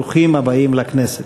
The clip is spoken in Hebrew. ברוכים הבאים לכנסת,